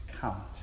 count